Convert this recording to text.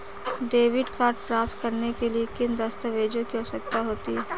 Debit card प्राप्त करने के लिए किन दस्तावेज़ों की आवश्यकता होती है?